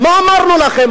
מה אמרנו לכם?